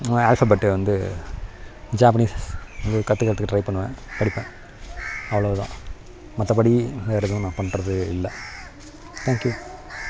நான் ஆல்ஃபபெட் வந்து ஜாப்பனீஸ் கற்றுக்கிறத்துக்கு ட்ரை பண்ணுவேன் படிப்பேன் அவ்வளவு தான் மற்றபடி வேற எதுவும் நான் பண்ணுறது இல்லை தேங்க்யூ